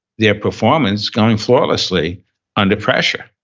their performance going flawlessly under pressure.